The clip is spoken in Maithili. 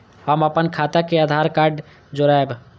हम अपन खाता के आधार कार्ड के जोरैब?